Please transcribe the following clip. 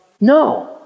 No